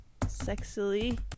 sexily